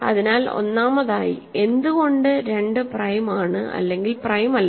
അതിനാൽ ഒന്നാമതായി എന്തുകൊണ്ട് 2 പ്രൈം ആണ് അല്ലെങ്കിൽ പ്രൈം അല്ല